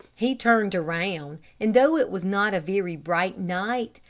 he turned around, and though it was not a very bright night,